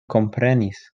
komprenis